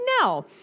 No